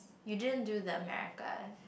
you didn't do the America